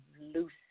loose